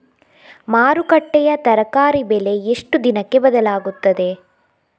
ಮಾರುಕಟ್ಟೆಯ ತರಕಾರಿ ಬೆಲೆ ಎಷ್ಟು ದಿನಕ್ಕೆ ಬದಲಾಗುತ್ತದೆ?